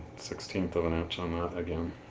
sixteenth of an inch on that again.